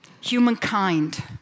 Humankind